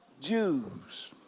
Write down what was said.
Jews